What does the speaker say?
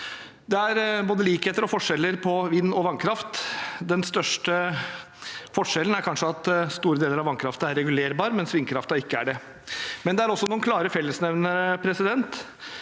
Det er både likheter og forskjeller på vind- og vannkraft. Den største forskjellen er kanskje at store deler av vannkraften er regulerbar, mens vindkraften ikke er det. Det er også noen klare fellesnevner, bl.a.